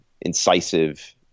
incisive